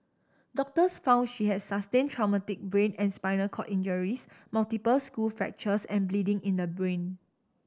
doctors found she had sustained traumatic brain and spinal cord injuries multiple skull fractures and bleeding in the brain